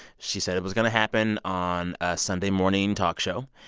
she said it was going to happen on a sunday morning talk show.